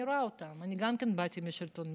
אני רואה אותם, גם אני באתי מהשלטון המקומי.